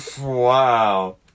Wow